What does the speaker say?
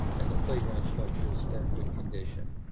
and the playground structures are in good condition.